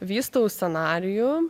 vystau scenarijų